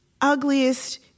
ugliest